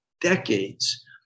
decades